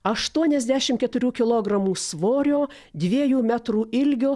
aštuoniasdešim keturių kilogramų svorio dviejų metrų ilgio